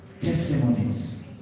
Testimonies